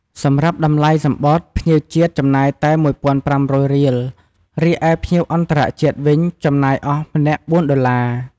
សម្រាប់តម្លៃសំបុត្រ ភ្ញៀវជាតិចំណាយតែ ១,៥០០ រៀលរីឯ ភ្ញៀវអន្តរជាតិវិញចំណាយអស់ម្នាក់៤ ដុល្លារ ។